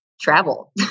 travel